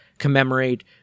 commemorate